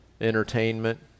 entertainment